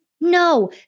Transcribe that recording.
No